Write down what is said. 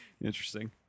Interesting